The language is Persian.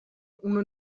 اونو